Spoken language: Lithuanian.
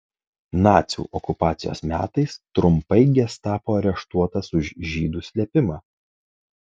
nacių okupacijos metais trumpai gestapo areštuotas už žydų slėpimą